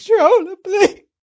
uncontrollably